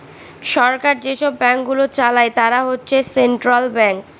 সরকার যেসব ব্যাঙ্কগুলো চালায় তারা হচ্ছে সেন্ট্রাল ব্যাঙ্কস